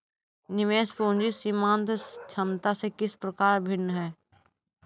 निवेश पूंजी सीमांत क्षमता से किस प्रकार भिन्न है?